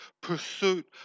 pursuit